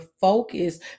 focus